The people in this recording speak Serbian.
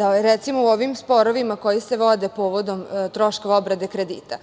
da, recimo, u ovim sporovima koji se vode povodom troškova obrade kredita,